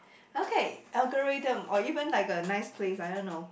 okay algorithm or even like a nice place I don't know